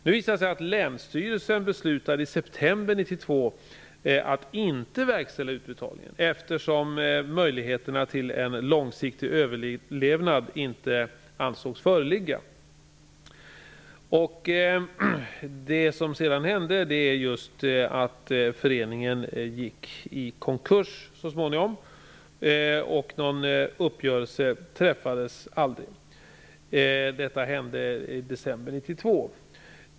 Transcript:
Nu visade det sig att länsstyrelsen i september 1992 beslutade att inte verkställa utbetalningen, eftersom möjligheterna till en långsiktig överlevnad inte ansågs föreligga. Det som sedan hände var att föreningen så småningom gick i konkurs. Någon uppgörelse träffades aldrig. Detta hände i december 1992.